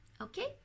Okay